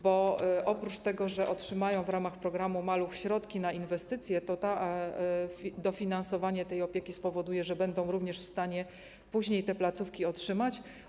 Bo oprócz tego, że otrzymają one w ramach programu ˝Maluch+˝ środki na inwestycje, to dofinansowanie tej opieki spowoduje, że będą również w stanie później te placówki utrzymać.